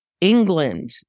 England